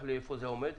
גוף האדם לא עובד ככה.